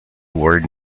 word